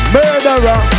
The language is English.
Murderer